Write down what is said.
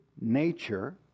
nature